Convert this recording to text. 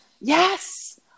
Yes